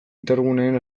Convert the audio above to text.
irtenguneen